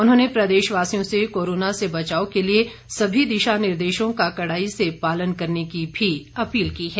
उन्होंने प्रदेशवासियों से कोरोना से बचाव के लिए सभी दिशा निर्देशों का कड़ाई से पालन करने की भी अपील की है